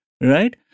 right